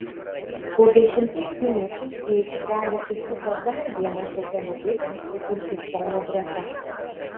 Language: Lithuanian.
po dešimties minučių į aikštelę įsuko dar vienas automobilis ir sustojo greta